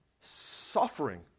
suffering